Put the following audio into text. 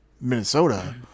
Minnesota